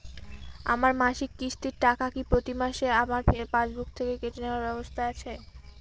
আমার মাসিক কিস্তির টাকা কি প্রতিমাসে আমার পাসবুক থেকে কেটে নেবার ব্যবস্থা আছে?